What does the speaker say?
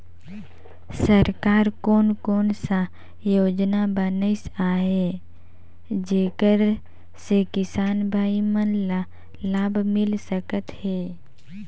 सरकार कोन कोन सा योजना बनिस आहाय जेकर से किसान भाई मन ला लाभ मिल सकथ हे?